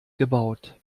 gebaut